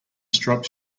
striped